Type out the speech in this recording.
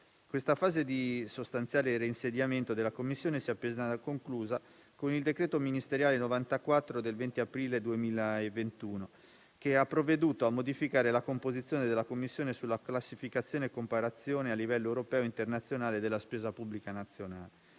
Questa fase di sostanziale reinsediamento della commissione si è appena conclusa: con il decreto ministeriale n. 94 del 20 aprile 2021 si è provveduto a modificare la composizione della commissione sulla classificazione e comparazione, a livello europeo e internazionale, della spesa pubblica nazionale;